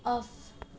off